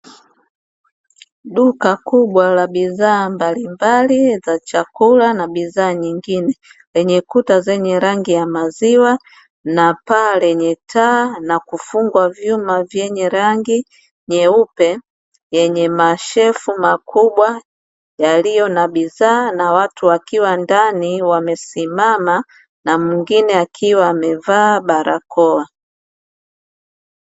Duka kubwa la bidhaa mbalimbali za chakula na bidhaa nyingine, lenye kuta zenye rangi ya maziwa na paa lenye taa, na kufungwa vyuma vyenye rangi nyeupe yenye mashelfu makubwa yaliyo na bidhaa, na watu wakiwa ndani wamesimama na mwingine akiwa amevaa barakoa.